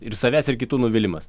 ir savęs ir kitų nuvylimas